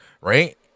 Right